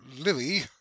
lily